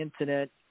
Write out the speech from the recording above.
incident